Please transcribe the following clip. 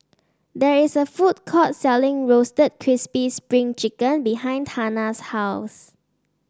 there is a food court selling Roasted Crispy Spring Chicken behind Tana's house